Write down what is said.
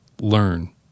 Learn